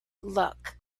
luck